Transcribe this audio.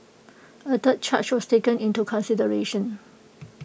A third charge was taken into consideration